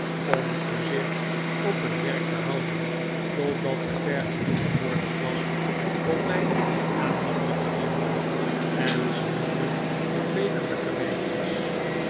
om toezicht op een werk te houden totdat het ver genoeg gevorderd was om mijn aandacht te verdienen en zulke vervelende karweitjes